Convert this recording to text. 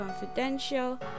Confidential